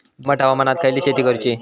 दमट हवामानात खयली शेती करूची?